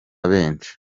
benshi